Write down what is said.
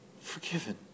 forgiven